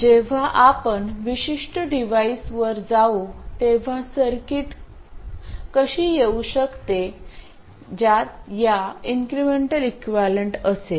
जेव्हा आपण विशिष्ट डिव्हाइसवर जाऊ तेव्हा सर्किट कशी येऊ शकते ज्यात या इन्क्रिमेंटल इक्विवलेंट असेल